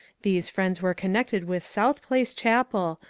these friends were connected with south place ohapel,